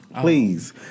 Please